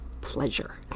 pleasure